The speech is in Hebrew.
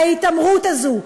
ההתעמרות הזו.